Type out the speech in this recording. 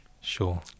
Sure